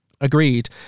agreed